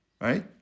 right